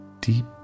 deep